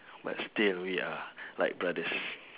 but still we are like brothers